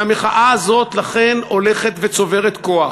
והמחאה הזאת, לכן, הולכת וצוברת כוח.